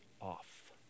off